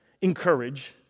encourage